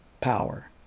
power